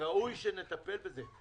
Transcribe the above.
ראוי שנטפל בזה.